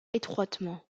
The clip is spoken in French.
étroitement